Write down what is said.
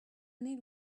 need